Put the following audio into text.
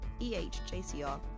ehjcr